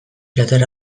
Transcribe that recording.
plater